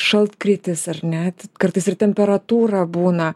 šaltkrėtis ar ne t kartais ir temperatūra būna